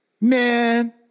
Man